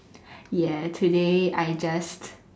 ya today I just